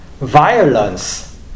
violence